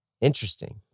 Interesting